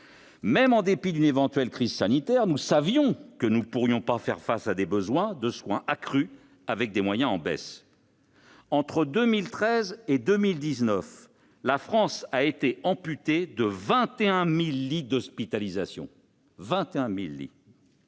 Indépendamment d'une éventuelle crise sanitaire, nous savions que nous ne pourrions pas faire face à des besoins de soins accrus avec des moyens en baisse. Or, entre 2013 et 2019, la France a été amputée de 21 000 lits d'hospitalisation. Mes